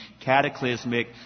cataclysmic